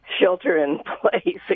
shelter-in-place